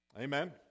Amen